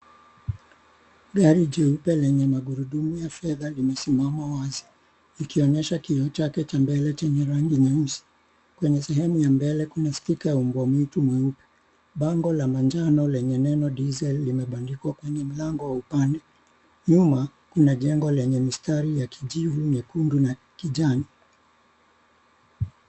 Gari jeupe lenye magurudumu ya fedha limesimama wazi ikionyesha kioo chake cha mbele chenye rangi nyeusi, kwenye sehemu ya mbele kuna spika ya umbwa mwitu mweupe. Bango la manjano lenye neno diesel imebandikwa kwenye mlango wa upande, nyuma kuna jengo lenye mistari ya kijivu ,nyekundu na kijani.